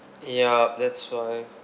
ya that's why